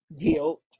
guilt